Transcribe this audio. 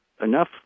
enough